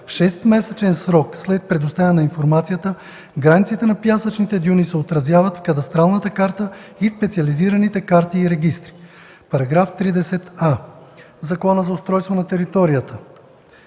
В 6-месечен срок след предоставянето на информацията границите на пясъчните дюни се отразяват в кадастралната карта и специализираните карти и регистри”. § 30а. В Закона за устройство на територията